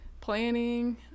planning